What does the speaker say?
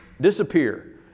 disappear